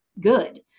good